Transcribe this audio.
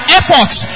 efforts